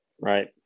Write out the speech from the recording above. right